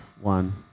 One